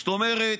זאת אומרת,